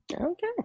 Okay